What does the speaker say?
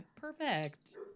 perfect